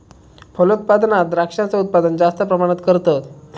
फलोत्पादनात द्रांक्षांचा उत्पादन जास्त प्रमाणात करतत